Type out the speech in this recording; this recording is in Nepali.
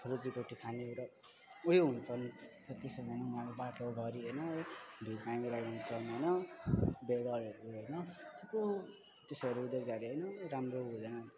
रोजी रोटी खाने र उयो हुन्छ त त्यसै पनि अब बाटोभरि होइन अब भिख मागिरहेको हुन्छ होइन बेगरहरू होइन त्यसोहरू होइन राम्रो हुँदैन